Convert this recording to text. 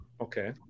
Okay